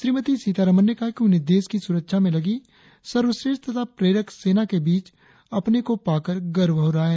श्रीमती सीतारमण ने कहा कि उन्हें देश की सुरक्षा में लगी सर्वश्रेष्ठ तथा प्रेरक सेना के बीच अपने को पा कर गर्व हो रहा है